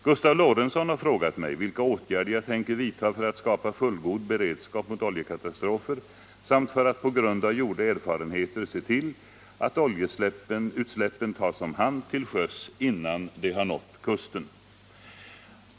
Gustav Lorentzon har frågat mig vilka åtgärder jag tänker vidta för att skapa fullgod beredskap mot oljekatastrofer samt för att på grund av gjorda erfarenheter se till att oljeutsläppen tas om hand till sjöss innan de har nått kusten.